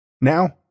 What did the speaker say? Now